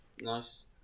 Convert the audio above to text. Nice